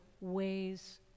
ways